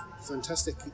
fantastic